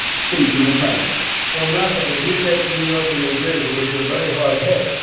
facing the crisis? well, nothing. if you take new york and new jersey, which were very hard hit.